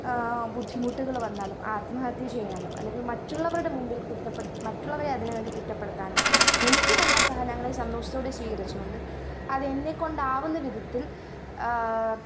ബുദ്ധിമുട്ടുകൾ വന്നാലും ആത്മഹത്യ ചെയ്യാനോ അല്ലെങ്കിൽ മറ്റുള്ളവരുടെ മുൻപിൽ കുറ്റപ്പെട് മറ്റുള്ളവരെയതിനുവേണ്ടി കുറ്റപ്പെടുത്താനോ എനിക്കു വന്ന സഹനങ്ങളെ സന്തോഷത്തോടെ സ്വീകരിച്ചു കൊണ്ട് അതെന്നെക്കൊണ്ടാകുന്ന വിധത്തിൽ